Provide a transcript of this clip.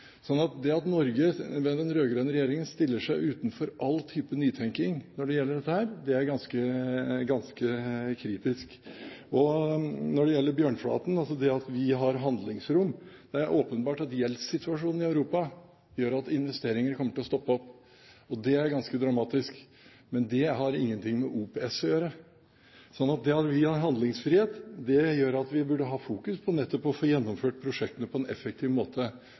det at Norge ved den rød-grønne regjeringen stiller seg utenfor all type nytenking når det gjelder dette, er ganske kritisk. Når det gjelder Bjørnflaten, og det at vi har handlingsrom: Det er åpenbart at gjeldssituasjonen i Europa gjør at investeringene kommer til å stoppe opp, og det er ganske dramatisk. Men det har ingenting med OPS å gjøre. Det at vi har handlingsfrihet, gjør at vi burde ha fokus på nettopp å få gjennomført prosjektene på en effektiv måte.